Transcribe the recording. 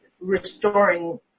restoring